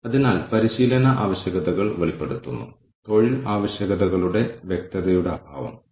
അതിനാൽ നിങ്ങൾക്ക് ഡാറ്റാബേസ് ലഭിക്കുകയും പലരും ഈ ഡാറ്റാബേസ് ഉപയോഗിക്കാൻ തുടങ്ങുകയും ചെയ്യുന്നു